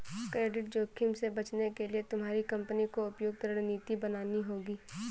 credit जोखिम से बचने के लिए तुम्हारी कंपनी को उपयुक्त रणनीति बनानी होगी